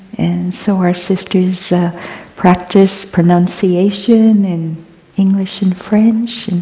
so our sisters practice pronunciation in english and french.